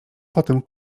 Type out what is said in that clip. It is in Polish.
potem